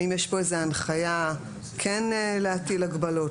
האם יש פה איזה הנחיה כן להטיל הגבלות,